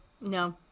No